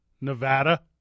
Nevada